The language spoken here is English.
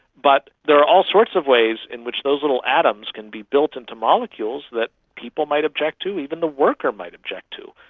but there are all sorts of ways in which those little atoms can be built into molecules that people might object to, even the worker might object to.